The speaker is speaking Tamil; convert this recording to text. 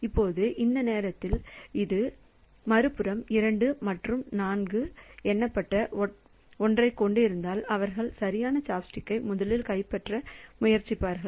இப்போது இந்த நேரத்தில் இது மறுபுறம் 2 மற்றும் 4 என்று எண்ணப்பட்ட ஒன்றைக் கொண்டிருந்தால் அவர்கள் சரியான சாப்ஸ்டிக்கை முதலில் கைப்பற்ற முயற்சிப்பார்கள்